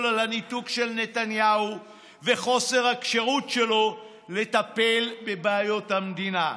על הניתוק של נתניהו וחוסר הכשירות שלו לטפל בבעיות המדינה.